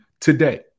today